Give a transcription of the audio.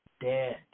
dead